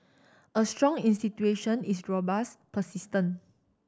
a strong institution is robust persistent